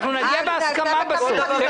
אנחנו נגיע בהסכמה בסוף.